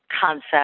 concept